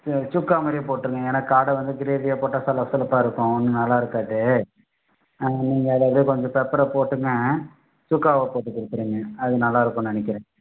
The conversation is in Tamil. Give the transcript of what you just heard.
சுக்கா மாதிரியே போட்டுருங்க ஏன்னா காடை வந்து க்ரேவியாக போட்டா சலசலப்பாக இருக்கும் நல்லாயிருக்காது நீங்கள் அதை அப்டியே கொஞ்சம் பெப்பரை போட்டுங்க சுக்காவை போட்டு கொடுத்துருங்க அது நல்லாயிருக்குன்னு நெனைக்கிறேன்